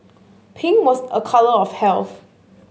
pink was a colour of health